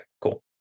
cool